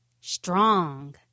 strong